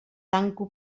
tanco